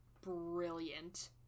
brilliant